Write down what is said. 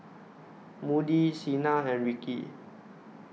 Moody Cena and Rikki